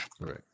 Right